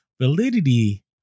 validity